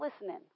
listening